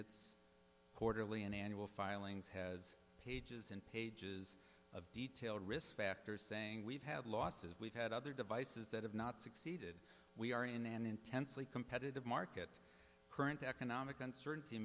its quarterly and annual filings has pages and pages of detailed risk factors saying we've had losses we've had other devices that have not succeeded we are in an intensely competitive market current economic uncer